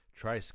try